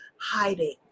hiding